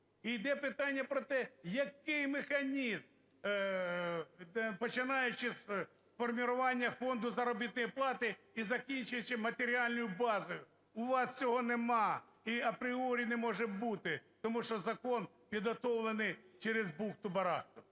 І де питання про те, який механізм, починаючи з формирования фонду заробітної плати і закінчуючи матеріальною базою? У вас цього немає і апріорі не може бути, тому що закон підготовлений через бухти-барахти.